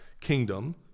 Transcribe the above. kingdom